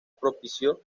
propició